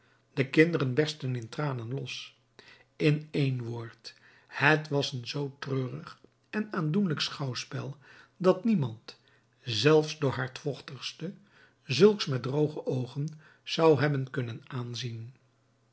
de kinderen berstten in tranen los in een woord het was een zoo treurig en aandoenlijk schouwspel dat niemand zelfs de hardvochtigste zulks met drooge oogen zou hebben kunnen aanzien